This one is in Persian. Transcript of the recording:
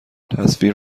تصویر